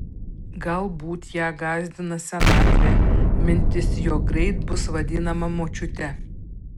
galbūt ją gąsdina senatvė mintis jog greit bus vadinama močiute